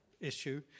issue